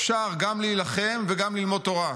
אפשר גם להילחם וגם ללמוד תורה.